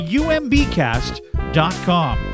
umbcast.com